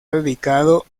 dedicado